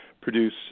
produce